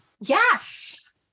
Yes